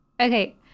okay